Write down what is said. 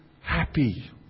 happy